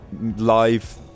live